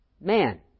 man